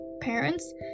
parents